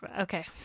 Okay